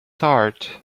heart